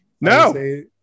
No